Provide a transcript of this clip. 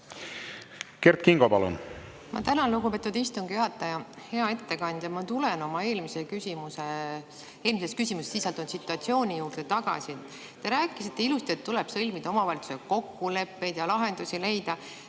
Kert Kingo, palun! Ma tänan, lugupeetud istungi juhataja! Hea ettekandja! Ma tulen oma eelmises küsimuses sisaldunud situatsiooni juurde tagasi. Te rääkisite ilusti, et tuleb sõlmida omavalitsusega kokkuleppeid ja lahendusi leida.